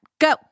Go